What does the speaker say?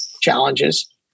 challenges